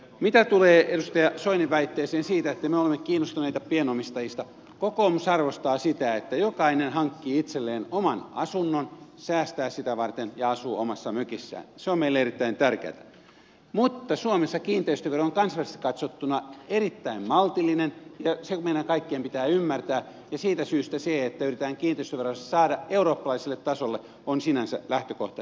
mitä tulee edustaja soinin väitteeseen siitä että me olemme kiinnostuneita pienomistajista kokoomus arvostaa sitä että jokainen hankkii itselleen oman asunnon säästää sitä varten ja asuu omassa mökissään se on meille erittäin tärkeätä mutta suomessa kiinteistövero on kansainvälisesti katsottuna erittäin maltillinen se meidän kaikkien pitää ymmärtää ja siitä syystä se että yritetään kiinteistöveroja saada eurooppalaiselle tasolle on sinänsä lähtökohtaisesti perusteltua